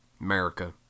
America